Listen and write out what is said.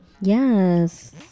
Yes